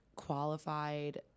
qualified